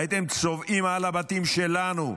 הייתם צובאים על הבתים שלנו.